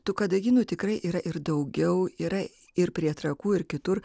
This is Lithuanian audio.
tu kadagynų tikrai yra ir daugiau yra ir prie trakų ir kitur